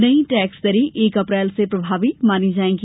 नई टैक्स दरें एक अप्रैल से प्रभावी मानी जायेंगी